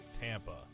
TAMPA